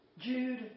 Jude